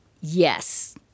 yes